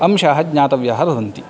अंशाः ज्ञातव्याः भवन्ति